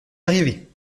arrivé